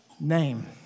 name